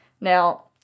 Now